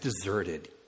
deserted